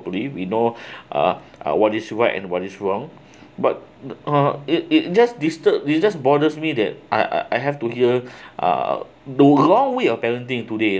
probably we know uh uh what is right and what is wrong but uh it it just disturb it just bothers me that I I have to hear uh the wrong way of parenting today